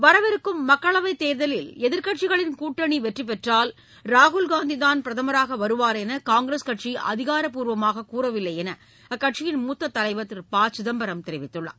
வரவிருக்கும் மக்களவைத் தேர்தலில் எதிர்க்கட்சிகளின் கூட்டணி வெற்றி பெற்றால் ராகுல்காந்திதான் பிரதமராக வருவார் என காங்கிரஸ் கட்சி அதிகாரப்பூர்வமாக கூறவில்லை என்று அக்கட்சியின் மூத்தத் தலைவர் திரு ப சிதம்பரம் தெரிவித்துள்ளார்